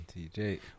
TJ